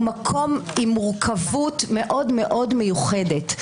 מקום עם מורכבות מאוד מיוחדת.